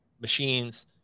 machines